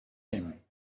him